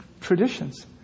traditions